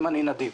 אם אני נדיב.